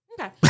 Okay